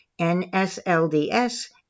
NSLDS